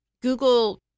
google